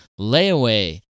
Layaway